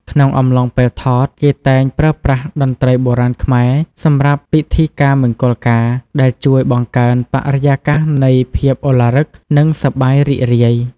ក្នុងអំឡុងពេលថត គេតែងប្រើប្រាស់ តន្រ្តីបុរាណខ្មែរ សម្រាប់ពិធីការមង្គលការ ដែលជួយបង្កើនបរិយាកាសនៃភាពឧឡារិក និងសប្បាយរីករាយ។